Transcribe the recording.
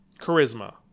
Charisma